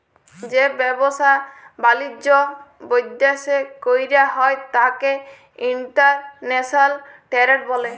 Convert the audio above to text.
যে ব্যাবসা বালিজ্য বিদ্যাশে কইরা হ্যয় ত্যাকে ইন্টরন্যাশনাল টেরেড ব্যলে